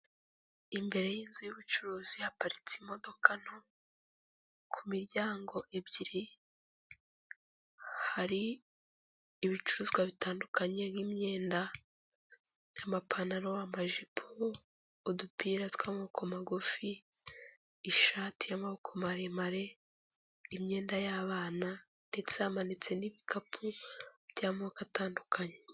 Imbere y'inzu y'ubucuruzi haparitse imodoka nto, ku miryango ebyiri, hari ibicuruzwa bitandukanye nk'imyenda y'amapantaro, amajipo, udupira tw'amaboko magufi, ishati y'amaboko maremare, imyenda y'abana ndetse hamanitse n'ibikapu by'amoko atandukanye.